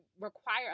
require